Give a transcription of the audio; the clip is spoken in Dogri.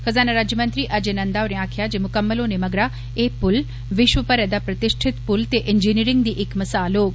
खज़ाना राज्यमंत्री अजय नंदा होरें आक्खेआ जे मुकम्मल होने मगरा एह् पुल विश्व भरै दा प्रतिष्ठित पुल ते इंजीनियरिंग दी इक भिसाल होग